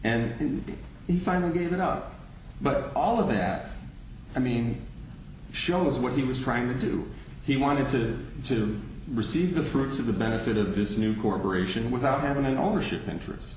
and he finally gave it out but all of that i mean shows what he was trying to do he wanted to to receive the fruits of the benefit of this new corporation without having any ownership interest